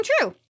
true